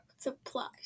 supplies